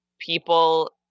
people